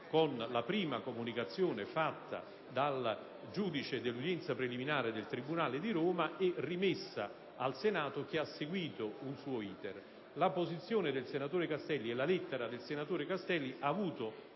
con la prima comunicazione fatta dal giudice dell'udienza preliminare del tribunale di Roma e rimessa al Senato, che ha seguito un suo *iter*. La posizione e la lettera del senatore Castelli hanno avuto